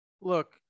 look